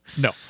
No